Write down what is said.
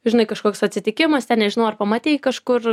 žinai kažkoks atsitikimas ten nežinau ar pamatei kažkur